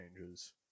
changes